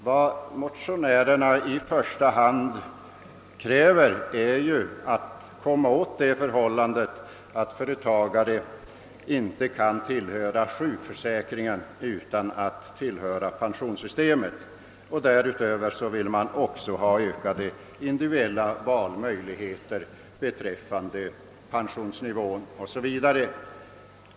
Vad motionärerna i första hand vill är att komma åt det förhållandet att företagare inte kan tillhöra sjukförsäkringen utan att tillhöra pensionssystemet. Därutöver vill man ha utökade individuella valmöjligheter beträffande pensionsnivån o.s.v.